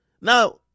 Now